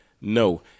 No